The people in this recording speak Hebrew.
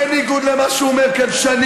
ועכשיו הייתם צריכים ללכת לבחירות.